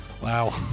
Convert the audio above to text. Wow